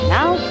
Now